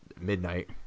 midnight